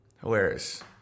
Hilarious